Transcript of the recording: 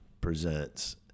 presents